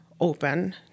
open